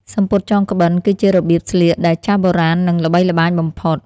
សំពត់ចងក្បិន គឺជារបៀបស្លៀកដែលចាស់បុរាណនិងល្បីល្បាញបំផុត។